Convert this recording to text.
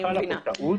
חלה פה טעות.